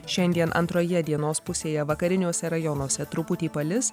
šiandien antroje dienos pusėje vakariniuose rajonuose truputį palis